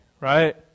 right